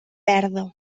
verda